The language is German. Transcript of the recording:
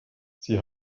sie